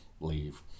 leave